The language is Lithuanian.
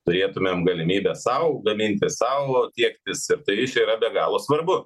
turėtumėm galimybę sau gaminti sau tiek vis ir tie ryšiai yra be galo svarbu